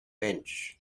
bench